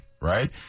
Right